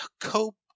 cope